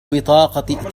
بطاقة